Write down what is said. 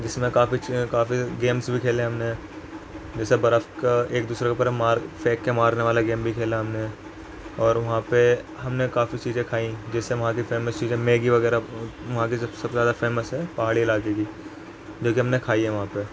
جس میں کافی کافی گیمس بھی کھیلے ہم نے جیسے برف کا ایک دوسرے کے اوپر مار پھینک کے مارنے والا گیم بھی کھیلا ہم نے اور وہاں پہ ہم نے کافی چیزیں کھائیں جیسے وہاں کی فیمس چیزیں میگی وغیرہ وہاں کی سب سے زیادہ فیمس ہے پہاڑی علاقے کی جو کہ ہم نے کھائی ہے وہاں پہ